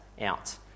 out